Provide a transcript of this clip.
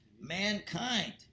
mankind